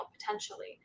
potentially